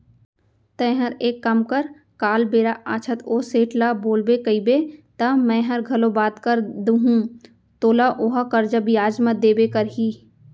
तैंहर एक काम कर काल बेरा आछत ओ सेठ ल बोलबे कइबे त मैंहर घलौ बात कर दूहूं तोला ओहा करजा बियाज म देबे करही